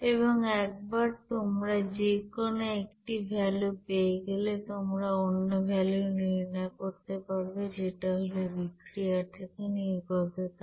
এবং একবার তোমরা যে কোন একটির ভ্যালু পেয়ে গেলে তোমরা অন্য ভ্যালু নির্ণয় করতে পারবে যেটা হলো বিক্রিয়া থেকে নির্গত তাপ